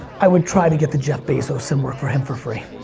i would try to get to jeff bezos and work for him for free.